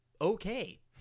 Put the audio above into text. okay